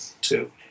two